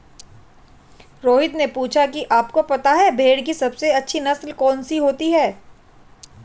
रोहित ने पूछा कि आप को पता है भेड़ की सबसे अच्छी नस्ल कौन सी होती है?